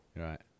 Right